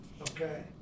Okay